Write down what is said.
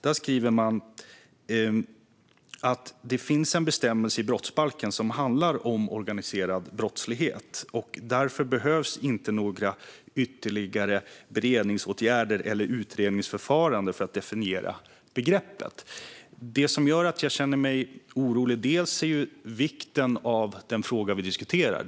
Där skriver man: Det finns en bestämmelse i brottsbalken som handlar om organiserad brottslighet. Därför behövs inte några ytterligare beredningsåtgärder eller utredningsförfaranden för att definiera begreppet. Det som gör mig orolig är vikten av den fråga som vi diskuterar.